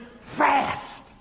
fast